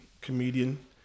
Comedian